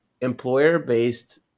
employer-based